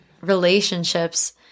relationships